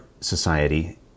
society